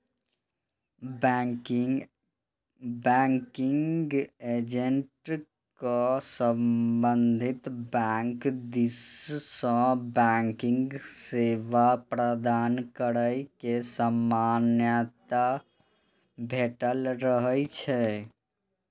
banking agent कें संबंधित bank दिस सं बैंकिंग सेवा प्रदान करै के मान्यता भेटल रहै छै